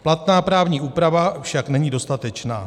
Platná právní úprava však není dostatečná.